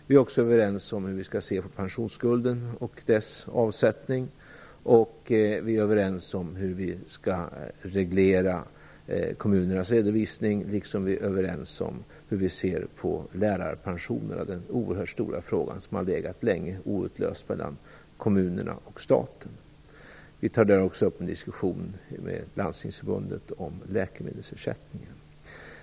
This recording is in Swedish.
Vi är också överens om hur vi skall se på pensionsskulden och dess avsättning och om hur vi skall reglera kommunernas redovisning. Dessutom är vi överens om hur vi ser på lärarpensionerna. Det är en oerhört stor fråga som länge legat olöst mellan kommunerna och staten. Vi tar också upp en diskussion med Landstingsförbundet om läkemedelsersättningen.